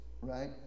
right